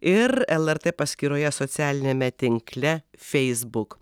ir lrt paskyroje socialiniame tinkle feisbuk